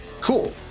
Cool